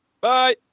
Bye